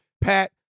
Pat